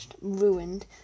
ruined